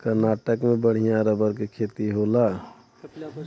कर्नाटक में बढ़िया रबर क खेती होला